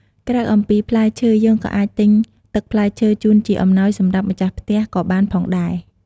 ក្រៅអំពីផ្លែឈើយើងក៏អាចទិញទឹកផ្លែឈើជូនជាអំណោយសម្រាប់ម្ចាស់ផ្ទះក៏បានផងដែរ។